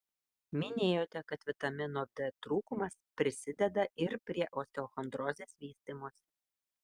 minėjote kad vitamino d trūkumas prisideda ir prie osteochondrozės vystymosi